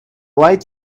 light